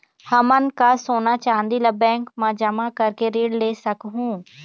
हमन का सोना चांदी ला बैंक मा जमा करके ऋण ले सकहूं?